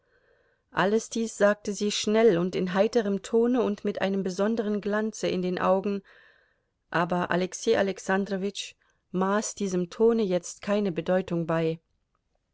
alles dies sagte sie schnell und in heiterem tone und mit einem besonderen glanze in den augen aber alexei alexandrowitsch maß diesem tone jetzt keine bedeutung bei